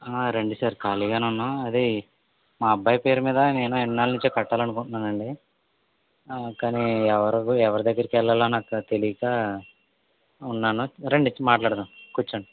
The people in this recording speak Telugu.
ఆ రండి సార్ ఖాళీగానే ఉన్నాం అదే మా అబ్బాయి పేరుమీద నేను ఎన్నాళ్ళనుంచో కట్టాలనుకుంటున్నానండి ఆ కానీ ఎవరు ఎవరి దగ్గరకి వెళ్ళాలో నాకు తెలీక ఉన్నాను రండి మాట్లాడదాం కూర్చోండి